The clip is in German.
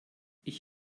ich